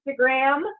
Instagram